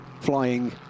flying